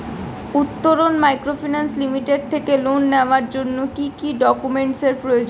Uttaran microfinance limited থেকে loan নেওয়ার জন্য কি কি ডকুমেন্টস এর প্রয়োজন?